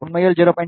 உண்மையில் 0